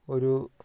ഒരു